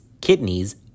kidneys